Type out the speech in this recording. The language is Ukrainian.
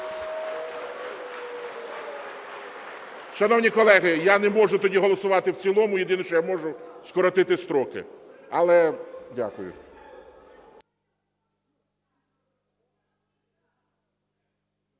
Шановні колеги, я не можу тоді голосувати в цілому, єдине що я можу – скоротити строки. Але... Дякую.